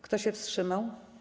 Kto się wstrzymał?